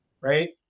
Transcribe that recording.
Right